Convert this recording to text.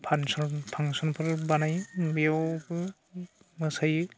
function फांसनफोर बानायो बेयावबो मोसायो